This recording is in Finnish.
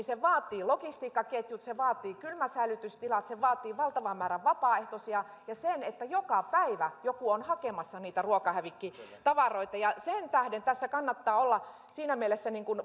se vaatii logistiikkaketjut se vaatii kylmäsäilytystilat se vaatii valtavan määrän vapaaehtoisia ja sen että joka päivä joku on hakemassa niitä ruokahävikkitavaroita sen tähden tässä kannattaa olla siinä mielessä